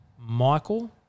Michael